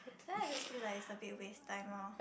then I just feel like it's a bit waste time orh